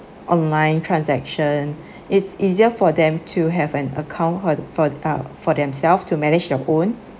online transaction it's easier for them to have an account for for uh for themselves to manage their own